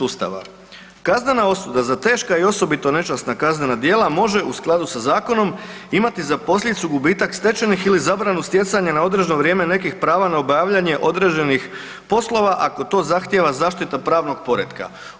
Ustava: Kaznena osuda za teška i osobito nečasna kaznena djela može u skladu sa zakonom imati za posljedicu gubitak stečenih ili zabranu stjecanja na određeno vrijeme nekih prava na obavljanje određenih poslova ako to zahtjeva zaštita pravnog poretka.